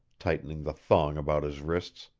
tightening the thong about his wrists.